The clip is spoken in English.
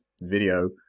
video